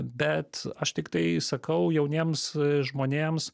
bet aš tiktai sakau jauniems žmonėms